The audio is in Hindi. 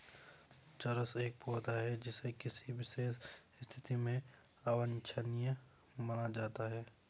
चरस एक पौधा है जिसे किसी विशेष स्थिति में अवांछनीय माना जाता है